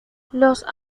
los